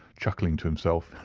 chuckling to himself.